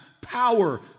power